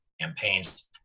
campaigns